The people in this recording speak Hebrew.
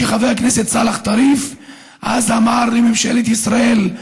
כשחבר הכנסת סאלח טריף אז אמר לממשלת ישראל: